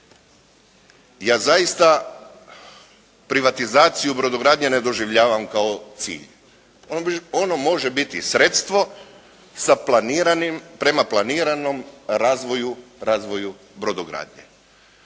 Ja zaista privatizaciju brodogradnje ne doživljavam kao cilj. Ono može biti sredstvo prema planiranom razvoju brodogradnje.